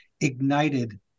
ignited